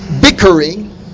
bickering